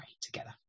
together